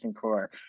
core